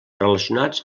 relacionats